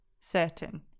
Certain